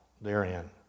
therein